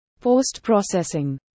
post-processing